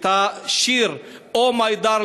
את השיר Oh My Darling.